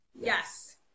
Yes